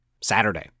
Saturday